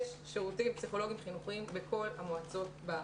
יש שירותים פסיכולוגיים חינוכיים בכל המועצות בארץ.